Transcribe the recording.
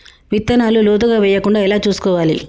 విత్తనాలు లోతుగా వెయ్యకుండా ఎలా చూసుకోవాలి?